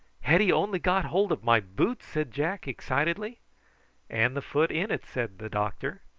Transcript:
had he only got hold of my boot? said jack excitedly and the foot in it, said the doctor.